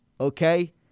okay